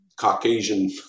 caucasian